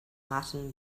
martin